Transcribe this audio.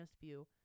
view